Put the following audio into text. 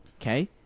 Okay